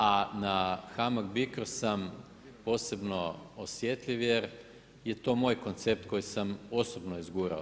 A na HAMAG BICRO sam posebno osjetljiv jer je to moj koncept koji sam osobno izgurao.